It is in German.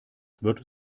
wird